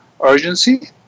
urgency